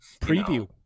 Preview